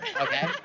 Okay